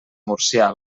murcià